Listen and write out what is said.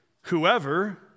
Whoever